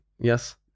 yes